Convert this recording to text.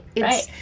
Right